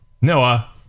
Noah